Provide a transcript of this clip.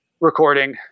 recording